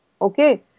okay